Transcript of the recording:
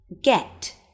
Get